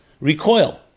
recoil